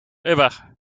uber